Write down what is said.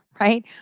right